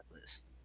list